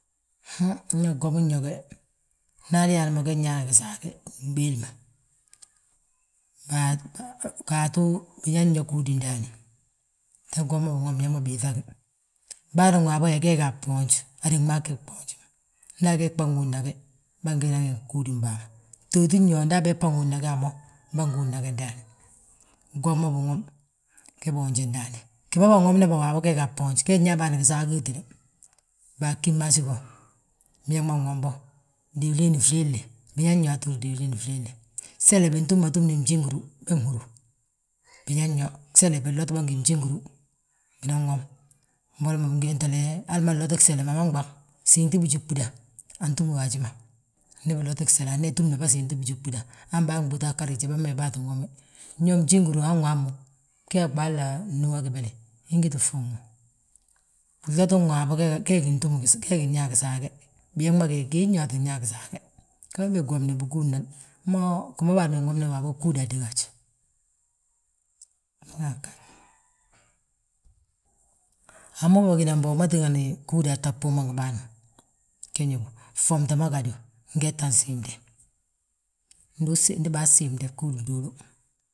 Han, ño gwomin yo ge, ndi hali yaa mo ge nñaa gisaage, nɓéelima. Gaatu biñaŋn yo gúudi ndaani, te gwom ma binwomi biñaŋ ma mbiiŧagi. Baan waabo yaa, gee gaa bboonj, hadun gmaagi gboonji ma, nda a gee gi bâŋódna ge, bângina ngi gúudim bàa ma. Btootin ya nda a gee gi bâŋóodna ge a mo, bângúudna ge ndaani. Gwoma binwomi, ge boonji ndaani, gima bânwomna bo waabo gee gaa bboonj, ge nãabân gisaagi gitída. Baa gimasi go biãŋ ma nwom bo, diili flee flee, biñaŋn yo aa ttúur diilin flee flee. Sele bintúma túmni njingúru be nhúru. Biñaŋn yo gsele binlotbà ngi njingúru, binan wom. Boli mo hali ma nloti gsele, mama ɓaŋ siimtibijúɓuda antúwa ajima, ndi binloti gsele anan yaa túmnabà siimtibijúɓuda. Han bâa gbúuta ga riija, bâa ma yaa bâa ttin womwi, ñe ginjínguru han wammu gee a ɓaalna Núwa gébele, ingiti fuuŋ mo. Bloti waabo ge, gee gi ntúm, gee gi nñaa gisaage, biñaŋ ma nyaa gee ttin ñaa gisaage, gee gi womi bigúudnan. Mo gima bâan bége nwomna waabo bgúudaa ggaaj. Hamo bâgí nan bo wi ma tíngani bgúudaa tta bbuuma ngi bâan, ge ñóbu, ffomte ma gadu, ngi hetan siimnde, ndi baasiimnde bgúudi bduulu.